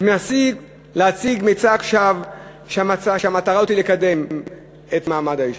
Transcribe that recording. ומנסים להציג מצג שווא שהמטרה היא לקדם את מעמד האישה.